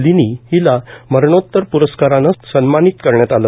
लीनी ठिला मरणोत्तर पुरस्कारानं सब्मानित करण्यात आलं